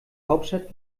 hauptstadt